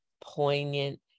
poignant